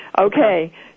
Okay